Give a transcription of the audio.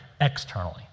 externally